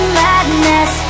madness